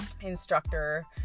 instructor